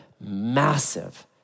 massive